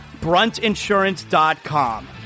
Bruntinsurance.com